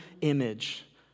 image